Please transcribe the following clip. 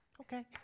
Okay